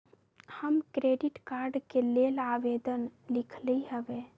हम credit card के लेल आवेदन लिखली हबे